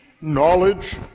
knowledge